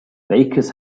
bakers